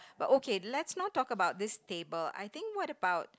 but okay let's not talk about this table I think what about